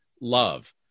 love